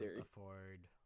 afford